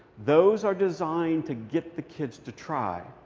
those are designed to get the kids to try.